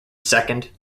second